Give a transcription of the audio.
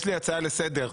יש לי הצעה לסדר.